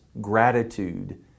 gratitude